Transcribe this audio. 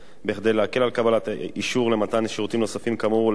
כדי להקל על קבלת אישור למתן שירותים נוספים כאמור ולייעל אותו,